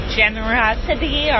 generosity